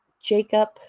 Jacob